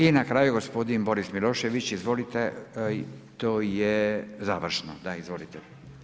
I na kraju gospodin Boris Milošević, izvolite i to je završno, da, izvolite.